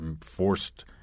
forced